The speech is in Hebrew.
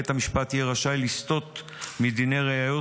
בית המשפט יהיה רשאי לסטות מדיני ראיות,